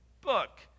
book